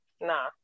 Nah